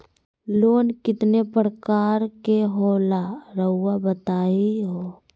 Loan कितने पारकर के होला रऊआ बताई तो?